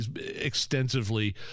extensively